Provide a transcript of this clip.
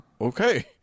okay